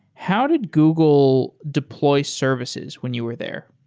how did google deploy services when you were there?